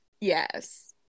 yes